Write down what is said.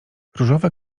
różowe